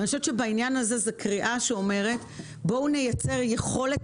וזאת קריאה שאומרת: בואו נייצר יכולת